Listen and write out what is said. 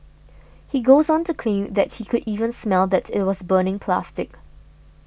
he goes on to claim that he could even smell that it was burning plastic